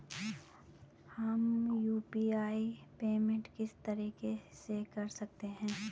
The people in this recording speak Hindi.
हम यु.पी.आई पेमेंट किस तरीके से कर सकते हैं?